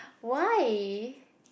why